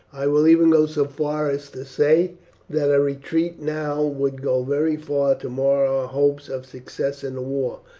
i will even go so far as to say that a retreat now would go very far to mar our hopes of success in the war,